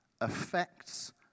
affects